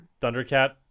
Thundercat